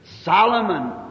Solomon